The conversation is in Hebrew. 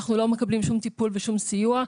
אנחנו לא מקבלים שום טיפול ושום סיוע,